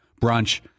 brunch